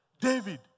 David